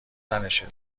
تنشه